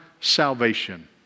salvation